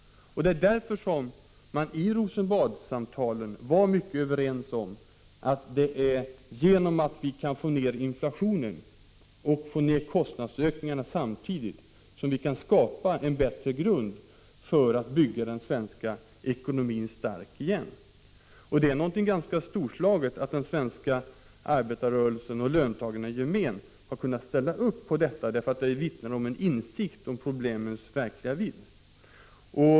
Det är därför som man i Rosenbadssamtalen var överens om att det är genom att samtidigt få ned inflationen och kostnadsökningarna som vi kan skapa en bättre grund för att bygga den svenska ekonomin stark igen. Det är något ganska storslaget att den svenska arbetarrörelsen och löntagarna i gemen har kunnat ställa upp på detta. Det vittnar om en insikt om problemens verkliga vidd.